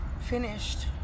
finished